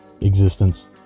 existence